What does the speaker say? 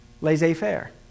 laissez-faire